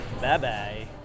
Bye-bye